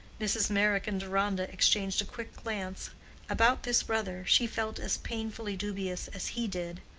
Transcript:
mrs. meyrick and deronda exchanged a quick glance about this brother she felt as painfully dubious as he did.